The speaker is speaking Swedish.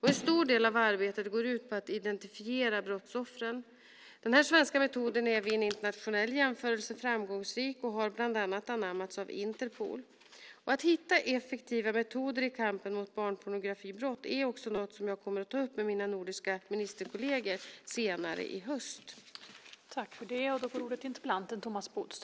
En stor del av arbetet går ut på att identifiera brottsoffren. Den svenska metoden är vid en internationell jämförelse framgångsrik och har bland annat anammats av Interpol. Att hitta effektiva metoder i kampen mot barnpornografibrott är också något som jag kommer att ta upp med mina nordiska ministerkolleger senare i höst.